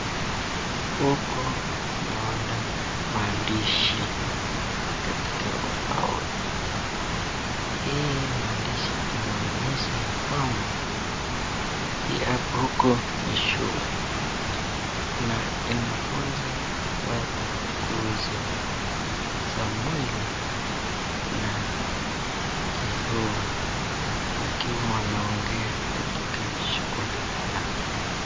Huku naona maandishi katika ubaoni, hii maandishi inaonyesha ya kwamba huku ni shule na inafunza watu kuhusu Samueli na Jehova wakiwa wanaongea katika shughuli yao.